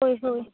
ᱦᱚᱭ ᱦᱚᱭ